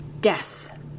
death